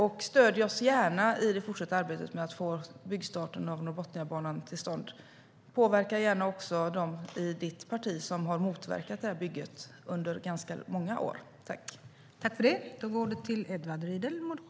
Men stöd oss gärna i det fortsatta arbetet med att få byggstarten av Norrbotniabanan till stånd! Påverka gärna också dem i ditt parti som har motverkat det här bygget under ganska många år!